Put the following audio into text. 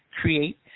create